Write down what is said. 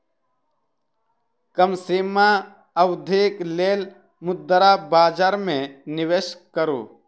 कम सीमा अवधिक लेल मुद्रा बजार में निवेश करू